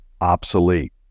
obsolete